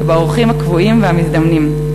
והאורחים הקבועים והמזדמנים.